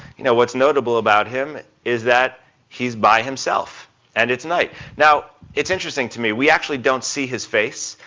you know what's notable about him is that he's by himself and it's night. now it's interesting to me, we actually don't see his face,